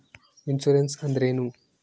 Insurance ಅಂದ್ರೇನು?